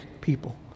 people